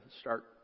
start